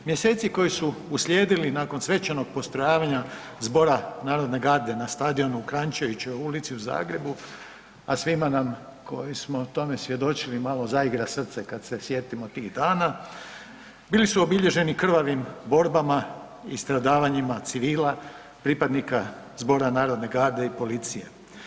Mjeseci koji su uslijedili nakon svečanog postrojavanja Zbora narodne garde na Stadionu u Kranjčevićevoj ulici u Zagrebu, a svima nam koji smo tome svjedočili malo zaigra srce kada se sjetimo tih dana, bili su obilježeni krvavim borbama i stradavanjima civila, pripadnika Zbora narodne garde i policije.